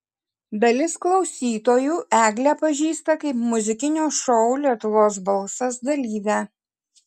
dalis klausytojų eglę pažįsta kaip muzikinio šou lietuvos balsas dalyvę